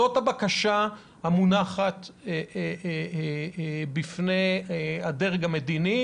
זאת הבקשה שמונחת בפני הדרג המדיני,